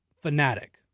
fanatic